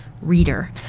reader